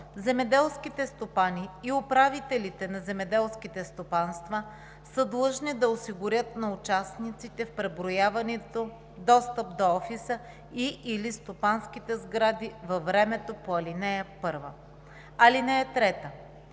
Земеделските стопани и управителите на земеделските стопанства са длъжни да осигурят на участниците в преброяването достъп до офиса и/или стопанските сгради във времето по ал. 1. (3)